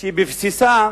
שבבסיסה